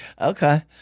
Okay